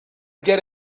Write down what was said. get